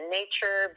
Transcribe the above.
nature